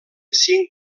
cinc